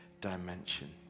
dimension